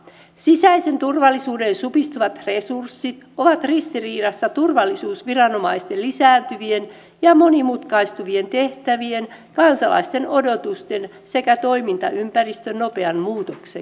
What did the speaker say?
sisäisen turvallisuuden supistuvat resurssit ovat ristiriidassa turvallisuusviranomaisten lisääntyvien ja monimutkaistuvien tehtävien kansalaisten odotusten sekä toimintaympäristön nopean muutoksen kanssa